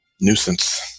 nuisance